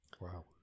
Wow